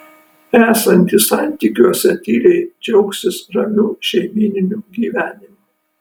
esantys santykiuose tyliai džiaugsis ramiu šeimyniniu gyvenimu